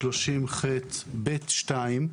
ב-330ח(ב)(2)